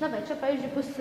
na va čia pavyzdžiui bus